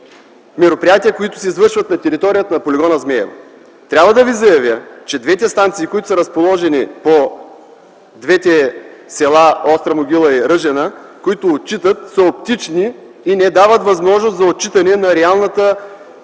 мероприятия, които се извършват на територията на полигона Змейово. Трябва да Ви заявя, че двете станции, които са разположени в двете села Остра могила и Ръжена и които отчитат обстановката са оптични и не дават възможност за отчитане на реалното